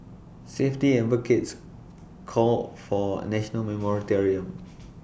safety advocates called for A national moratorium on